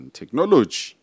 technology